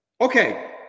Okay